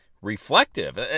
reflective